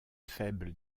faible